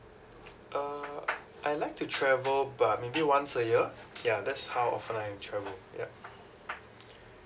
uh I like to travel but maybe once a year ya that's how often I will travel ya